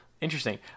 Interesting